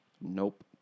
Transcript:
Nope